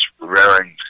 raring